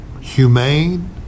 humane